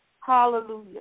Hallelujah